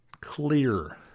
clear